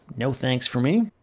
no thanks for me.